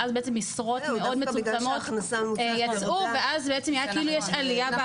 ואז נראה כאילו יש עלייה.